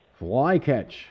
Flycatch